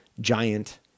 giant